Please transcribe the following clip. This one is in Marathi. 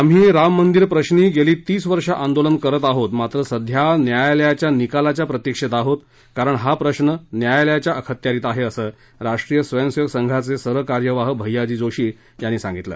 आम्ही राममंदिर प्रश्री गेली तीस वर्ष आंदोलन करत आहोत मात्र सध्या न्यायालयाच्या निकालाच्या प्रतिक्षेत आहोत कारण हा प्रश्न न्यायालयाच्या अखत्यारित आहे असं राष्ट्रीय स्वयंसेवक संघाचे सरकार्यवाह भैय्याजी जोशी यांनी सांगितलं